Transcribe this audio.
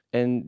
en